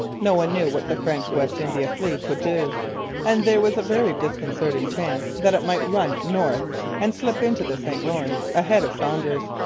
no one knew what the french west india fleet would do and there was a very disconcerting chance that it might run north and slip into the st lawrence, ahead of saunders,